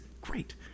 great